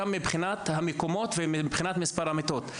גם מבחינת המקומות ומספר המיטות.